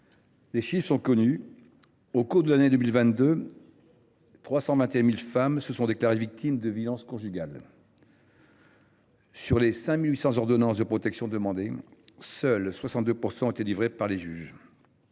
les chiffres sont connus : au cours de l’année 2022, 321 000 femmes se sont déclarées victimes de violences conjugales et 62,5 % seulement des 5 800 ordonnances de protection demandées ont été délivrées par le juge.